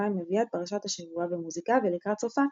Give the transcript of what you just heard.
היא מביאה את פרשת השבוע במוזיקה ולקראת סופה,